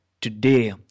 today